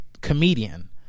comedian